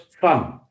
fun